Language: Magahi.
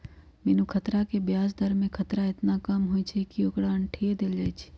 बिनु खतरा के ब्याज दर में खतरा एतना कम होइ छइ कि ओकरा अंठिय देल जाइ छइ